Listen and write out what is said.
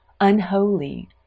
unholy